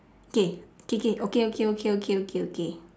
K K K okay okay okay okay okay okay